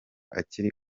akiri